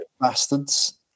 Bastards